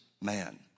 man